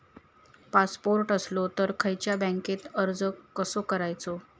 Passport असलो तर खयच्या बँकेत अर्ज कसो करायचो?